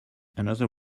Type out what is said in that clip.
another